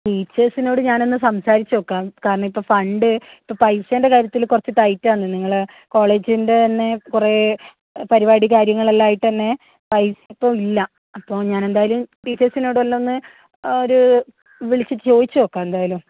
ടീച്ചേഴ്സിനോട് ഞാൻ ഒന്ന് സംസാരിച്ച് നോക്കാം കാരണം ഇപ്പോൾ ഫണ്ട് ഇപ്പോൾ പൈസേൻ്റെ കാര്യത്തിൽ കുറച്ച് ടൈറ്റ് ആണ് നിങ്ങൾ കോളേജിൻ്റെ തന്നെ കുറെ പരിപാടി കാര്യങ്ങളെല്ലാം ആയിട്ടുതന്നെ പൈസ ഇപ്പോൾ ഇല്ല അപ്പോൾ ഞാൻ എന്തായാലും ടീച്ചർസിനോട് എല്ലാം ഒന്ന് ഒരു വിളിച്ച് ചോദിച്ചു നോക്കാം എന്തായാലും